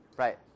Right